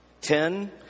Ten